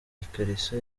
ikariso